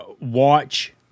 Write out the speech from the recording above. watch